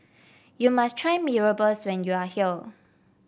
you must try Mee Rebus when you are here